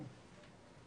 כן.